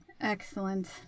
Excellent